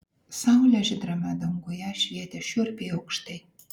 saulė žydrame danguje švietė šiurpiai aukštai